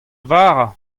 vara